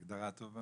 הגדרה טובה.